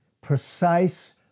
precise